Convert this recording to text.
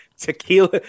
tequila